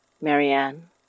Marianne